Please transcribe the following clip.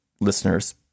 listeners